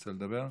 רוצה לדבר?